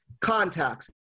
contacts